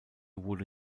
wurde